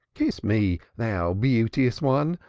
kiss me, thou beauteous one,